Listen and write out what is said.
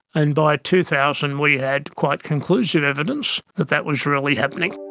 and by two thousand we had quite conclusive evidence that that was really happening.